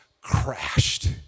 crashed